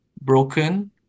broken